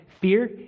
Fear